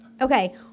Okay